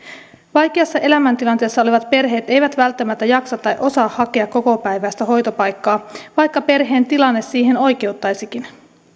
vaikeassa elämäntilanteessa olevat perheet eivät välttämättä jaksa tai osaa hakea kokopäiväistä hoitopaikkaa vaikka perheen tilanne siihen oikeuttaisikin